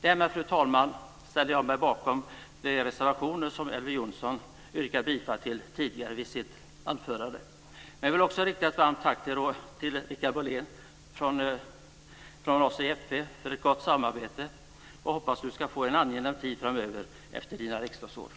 Därmed, fru talman, ställer jag mig bakom de reservationer som Elver Jonsson yrkade bifall till under sitt anförande tidigare. Jag vill också rikta ett varmt tack för ett gott samarbete till Per-Richard Molén från oss i fp. Vi hoppas att du ska få en angenäm tid efter det att du slutat i riksdagen.